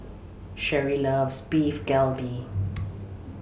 Sherry loves Beef Galbi